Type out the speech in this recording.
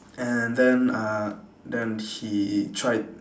and then uh then he tried